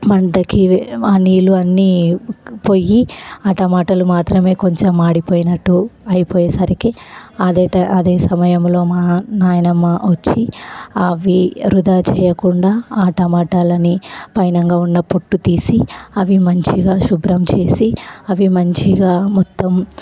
మంటకి ఆ నీళ్ళు అన్ని పోయి ఆ టమాటాలు మాత్రమే కొంచం మాడిపోయినట్టు అయిపోయేసరికి అదే ట అదే సమయంలో మా నాయనమ్మ వచ్చి అవి వృధా చెయ్యకుండా ఆ టమాటాలని పైనంగా ఉన్న పొట్టు తీసి అవి మంచిగా శుభ్రం చేసి అవి మంచిగా మొత్తం